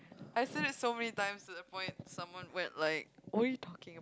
I said it so many time to the point someone went like what you talking